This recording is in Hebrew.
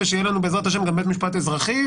ושיהיה לנו בעזרת השם גם בית משפט אזרחי,